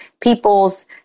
people's